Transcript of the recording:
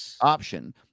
option